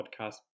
podcast